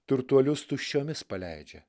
turtuolius tuščiomis paleidžia